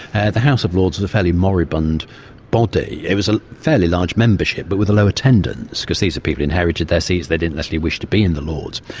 and the house of lords was a fairly moribund body. it was a fairly large membership but with a low attendance because these are people inherited their seats, they didn't actually wish to be in the lords.